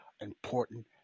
important